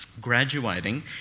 graduating